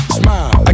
smile